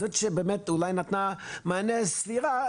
זו שבאמת אולי נתנה מענה סביר,